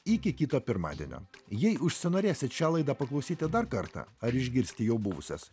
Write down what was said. iki kito pirmadienio jei užsinorėsit šią laidą paklausyti dar kartą ar išgirsti jau buvusias